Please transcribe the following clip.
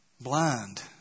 Blind